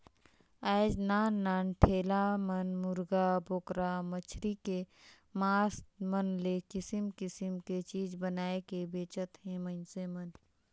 आयज नान नान ठेला मन मुरगा, बोकरा, मछरी के मास मन ले किसम किसम के चीज बनायके बेंचत हे मइनसे मन